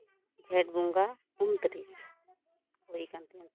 ᱡᱷᱮᱸᱴ ᱵᱚᱸᱜᱟ ᱩᱱᱛᱤᱨᱤᱥ